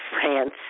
France